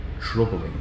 Troubling